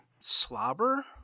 slobber